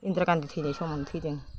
इन्दिरा गान्धि थैनाय समावनो थैदों